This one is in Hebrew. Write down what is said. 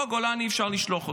לא, לגולני אפשר לשלוח אותך.